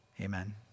Amen